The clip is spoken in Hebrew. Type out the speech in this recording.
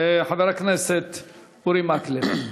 חבר הכנסת אורי מקלב.